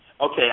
Okay